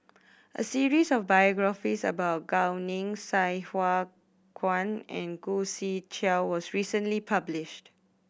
a series of biographies about Gao Ning Sai Hua Kuan and Khoo Swee Chiow was recently published